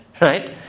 right